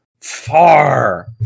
far